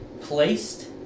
placed